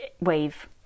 wave